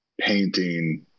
painting